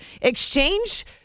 exchange